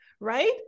right